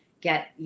get